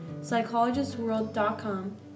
psychologistworld.com